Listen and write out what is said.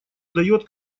дает